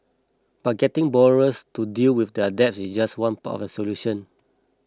but getting borrowers to deal with their debt is just one part of the solution